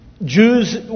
Jews